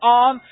on